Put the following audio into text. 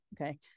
okay